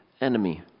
enemy